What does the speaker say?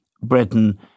Britain